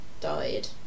died